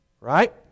right